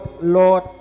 Lord